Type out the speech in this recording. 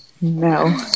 No